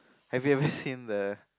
have you ever seen the